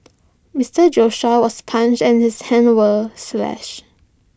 Mister Joshua was punched and his hands were slashed